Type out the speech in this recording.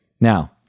Now